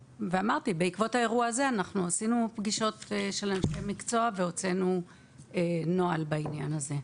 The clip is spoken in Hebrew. בעקבות האירוע הזה עשינו פגישות של אנשי מקצוע והוצאנו נוהל בעניין הזה.